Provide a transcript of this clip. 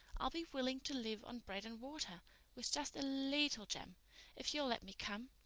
i'll be willing to live on bread and water with just a leetle jam if you'll let me come.